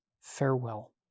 farewell